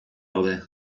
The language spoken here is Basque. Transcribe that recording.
gaude